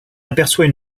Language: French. aperçoit